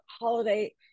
holiday